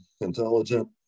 intelligent